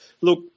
look